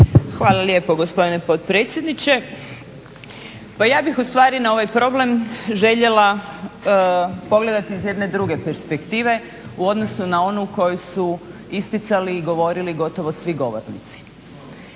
Hvala lijepo gospodine potpredsjedniče. Pa ja bih ustvari na ovaj problem željela pogledati iz jedne druge perspektive u odnosu na onu koju su isticali i govorili gotovo svi govornici,